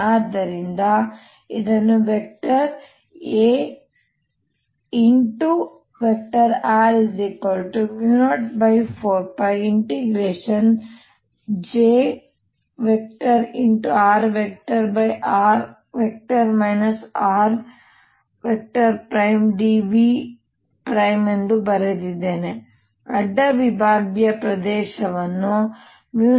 ಆದ್ದರಿಂದ ನಾನು ಇದನ್ನು Ar04πjr|r r|dV ಎಂದು ಬರೆಯಲಿದ್ದೇನೆ ಅಡ್ಡ ವಿಭಾಗೀಯ ಪ್ರದೇಶವನ್ನು 04πjr